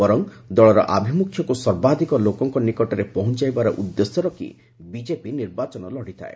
ବର୍ଚ ଦଳର ଆଭିମୁଖ୍ୟକୁ ସର୍ବାଧିକ ଲୋକଙ୍କ ନିକଟରେ ପହଞ୍ଚାଇବାର ଉଦ୍ଦେଶ୍ୟ ରଖି ବିଜେପି ନିର୍ବାଚନ ଲଢ଼ିଥାଏ